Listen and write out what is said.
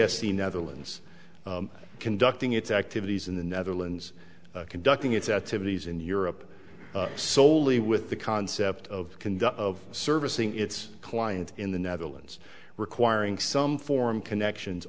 s the netherlands conducting its activities in the netherlands conducting its activities in europe soley with the concept of conduct of servicing its clients in the netherlands requiring some form connections